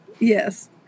Yes